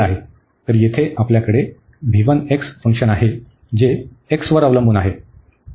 तर येथे आपल्याकडे v1 फंक्शन आहे जे x वर अवलंबून आहे